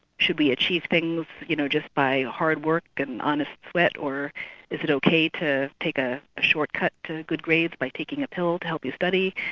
should we achieve things you know just by hard work and honest sweat, or is it okay to take a a shortcut to good grades by taking a pill to help you study?